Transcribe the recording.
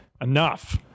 Enough